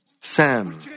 Sam